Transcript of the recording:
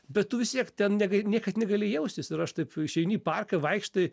bet tu vis tiek ten neg niekad negali jaustis ir aš taip išeini į parką vaikštai